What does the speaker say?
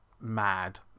mad